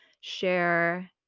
share